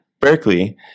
Berkeley